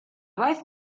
wife